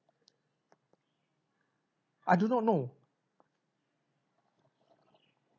I do not know